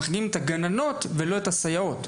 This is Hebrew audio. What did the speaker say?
אנחנו מחריגים את הגננות ולא את הסייעות.